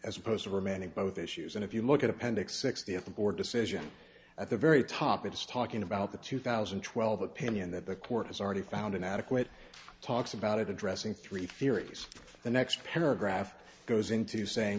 as opposed to remand it both issues and if you look at appendix sixty at the board decision at the very top it's talking about the two thousand and twelve opinion that the court has already found inadequate talks about it addressing three theories the next paragraph goes into saying